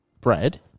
bread